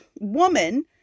woman